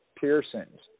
Pearsons